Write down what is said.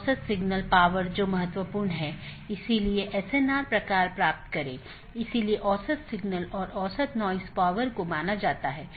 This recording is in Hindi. दोनों संभव राउटर का विज्ञापन करते हैं और infeasible राउटर को वापस लेते हैं